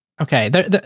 okay